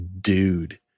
dude